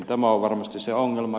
tämä on varmasti se ongelma